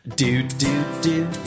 Do-do-do